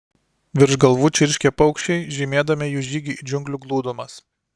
virš galvų čirškė paukščiai žymėdami jų žygį į džiunglių glūdumas